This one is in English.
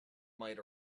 might